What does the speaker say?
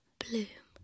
bloom